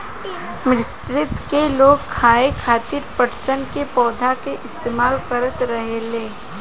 मिस्र के लोग खाये खातिर पटसन के पौधा के इस्तेमाल करत रहले